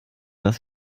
dass